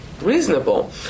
reasonable